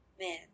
man